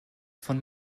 von